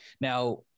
Now